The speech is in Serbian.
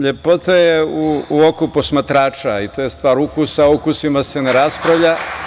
Lepota je u oku posmatrača i to je stvar ukusa, a o ukusima se ne raspravlja.